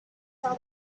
saw